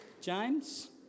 James